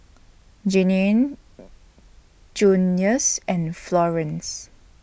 Jeannine Junius and Florene